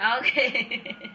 Okay